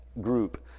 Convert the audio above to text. group